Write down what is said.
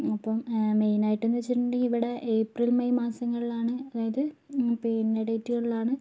അപ്പം മെയിൻ ആയിട്ടെന്ന് വച്ചിട്ടുണ്ടെങ്കിൽ ഇവിടെ ഏപ്രിൽ മെയ് മാസങ്ങളിലാണ് അതായത് പിന്നെ ഡേറ്റുകളിൽ ആണ്